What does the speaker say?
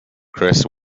chris